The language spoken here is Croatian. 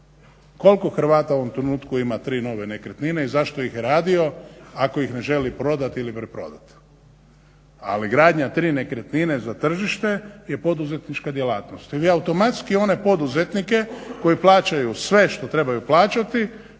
Koliko Hrvata u ovom trenutku ima tri nove nekretnine i zašto ih je radio ako ih ne želi prodat ili preprodat? Ali gradnja tri nekretnine za tržište je poduzetnička djelatnost. I vi automatski one poduzetnike koji plaćaju sve što trebaju plaćati